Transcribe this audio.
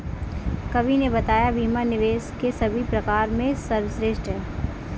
कवि ने बताया बीमा निवेश के सभी प्रकार में सर्वश्रेष्ठ है